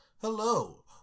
Hello